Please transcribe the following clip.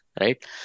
right